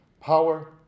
power